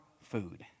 food